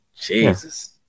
Jesus